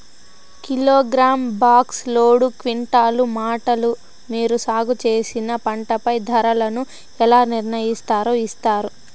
Kilogram, box, load, quintal, మూటలు మీరు సాగు చేసిన పంటపై ధరలను ఎలా నిర్ణయిస్తారు యిస్తారు?